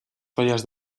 toallas